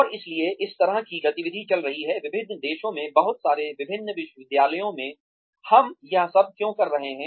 और इसलिए इस तरह की गतिविधि चल रही है विभिन्न देशों में बहुत सारे विभिन्न विश्वविद्यालयों में हम यह सब क्यों कर रहे हैं